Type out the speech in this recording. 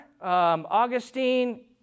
Augustine